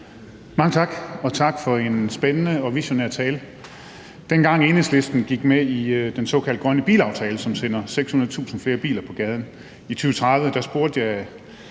Mange tak, og tak for en spændende og visionær tale. Dengang Enhedslisten gik med i den såkaldt grønne bilaftale, som sender 600.000 flere biler på gaden i 2030, spurgte jeg